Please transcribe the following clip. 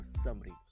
summary